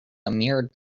mirrored